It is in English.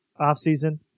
offseason